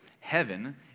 Heaven